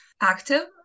active